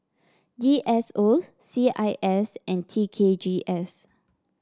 D S O C I S and T K G S